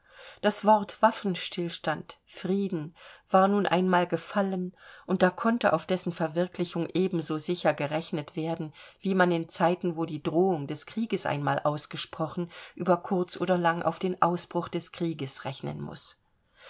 das wort waffenstillstand frieden war nun einmal gefallen und da konnte auf dessen verwirklichung ebenso sicher gerechnet werden wie man in zeiten wo die drohung des krieges einmal ausgesprochen über kurz oder lang auf den ausbruch des krieges rechnen muß